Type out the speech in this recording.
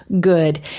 good